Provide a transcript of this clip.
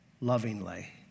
lovingly